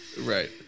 Right